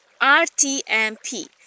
RTMP